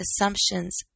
assumptions